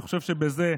החוק הזה,